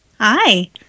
Hi